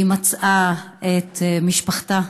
היא מצאה את משפחתה.